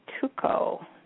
Tuco